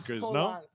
no